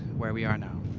where we are now.